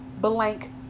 blank